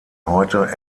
heute